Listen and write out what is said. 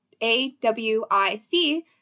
AWIC